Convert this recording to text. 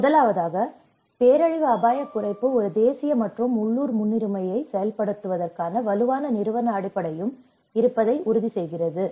முதல் பாயிண்ட் பேரழிவு அபாயக் குறைப்பு ஒரு தேசிய மற்றும் உள்ளூர் முன்னுரிமையை செயல்படுத்துவதற்கான வலுவான நிறுவன அடிப்படையுடன் இருப்பதை உறுதிசெய்கிறது